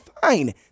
fine